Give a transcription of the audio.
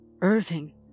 Irving